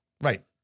Right